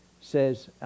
says